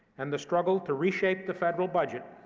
and the struggle to reshape the federal budget,